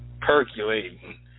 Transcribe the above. Percolating